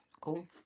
Cool